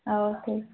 okay